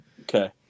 Okay